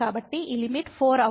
కాబట్టి ఈ లిమిట్ 4 అవుతుంది